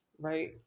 Right